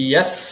Yes